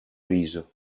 riso